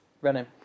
Running